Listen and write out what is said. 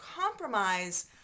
compromise